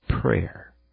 Prayer